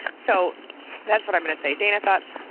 so that's what i'm going to say. dana thoughts.